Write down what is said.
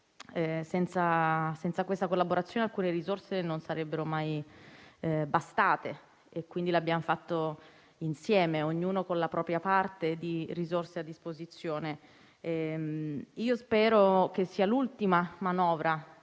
Senza questa collaborazione alcune risorse non sarebbero mai bastate. Quindi, lo abbiamo fatto insieme, ognuno con la propria parte di risorse a disposizione. Io spero che sia l'ultima manovra